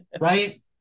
right